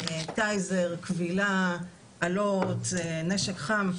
טייזר, כבילה, אלות, נשק חם.